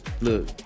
look